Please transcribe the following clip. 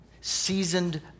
seasoned